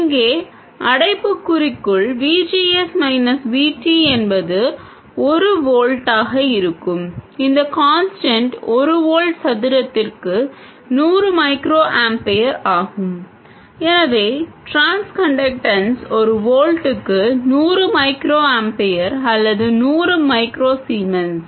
இங்கே அடைப்புக்குறிக்குள் V G S minus V T என்பது ஒரு வோல்ட்டாக இருக்கும் இந்த கான்ஸ்டன்ட் ஒரு வோல்ட் சதுரத்திற்கு நூறு மைக்ரோஆம்பியர் ஆகும் எனவே டிரான்ஸ் கன்டக்டன்ஸ் ஒரு வோல்ட்டுக்கு நூறு மைக்ரோஆம்பியர் அல்லது நூறு மைக்ரோ சீமென்ஸ்